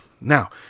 Now